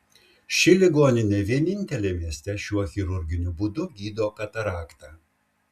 ši ligoninė vienintelė mieste šiuo chirurginiu būdu gydo kataraktą